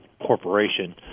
Corporation